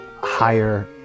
higher